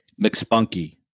McSpunky